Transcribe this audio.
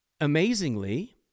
amazingly